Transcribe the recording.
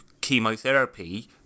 chemotherapy